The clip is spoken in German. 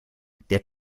der